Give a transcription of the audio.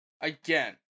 again